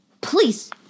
please